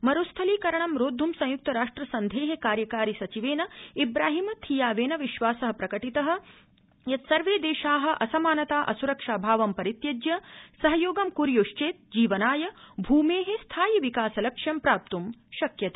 मरूस्थलीकरणं रोद्रं संयुक्तराष्ट्र सन्धे कार्यकारि सचिवेन इब्राहिम थिआवेन विश्वास प्रकटित यत् सर्वे देशा असमानता अस्रक्षा भावं परित्यज्य सहयोग ं कुर्य चेत् जीवनाय भूमे स्थायि विकास लक्ष्यं प्राप्तुं शक्यते